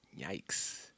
Yikes